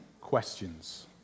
questions